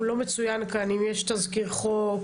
לא מצוין כאן אם יש תזכיר חוק,